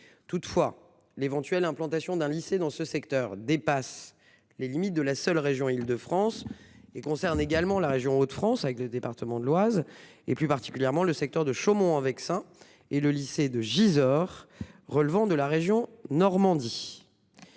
Toutefois, l'éventuelle implantation d'un lycée dans ce secteur dépasse les limites de la seule région Île-de-France et concerne aussi la région Hauts-de-France- avec le département de l'Oise et plus particulièrement le secteur de Chaumont-en-Vexin -, mais aussi la région Normandie,